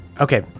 Okay